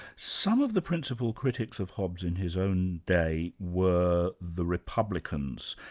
some of the principal critics of hobbes in his own day were the republicans.